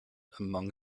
among